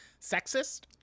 sexist